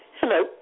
Hello